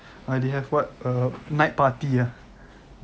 ah they have what ah night party ah